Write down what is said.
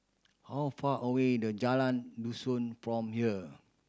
how far away in the Jalan Dusun from here